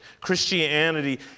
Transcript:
Christianity